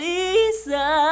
Lisa